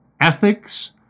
ethics